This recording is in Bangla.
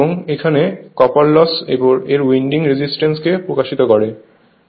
এবং এখানে কপার লস এর উইন্ডিং রেসিসটেন্স কে প্রকাশিত কোরে